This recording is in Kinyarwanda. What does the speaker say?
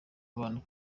abantu